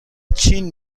چین